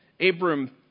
Abram